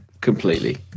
completely